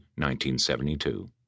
1972